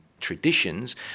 traditions